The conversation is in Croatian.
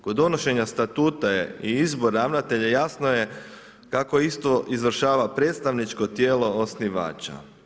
Kod donošenja statuta je i izbor ravnatelja, jasno je kako istu izvršava predstavničko tijelo osnivača.